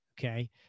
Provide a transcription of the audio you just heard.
Okay